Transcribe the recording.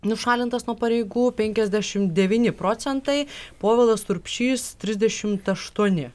nušalintas nuo pareigų penkiasdešimt devyni procentai povilas urbšys trisdešimt aštuoni